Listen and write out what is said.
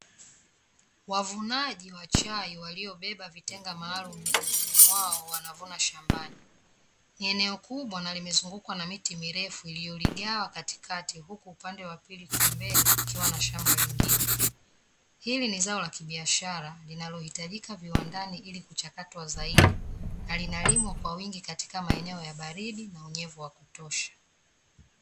Wavunaji wa chai waliobeba vitenga maalum migongoni mwao wanavuna shambani. Ni eneo kubwa na limezungukwa na miti mirefu iliyoligawa katikati huku upande wa pili kwa mbele ukiwa na shamba lingine. Hili ni zao la kibiashara linalohitajika viwandani ili kuchakatwa zaidi na linalimwa kwa wingi katika maeneo ya baridi na unyevu wa kutosha.